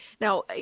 Now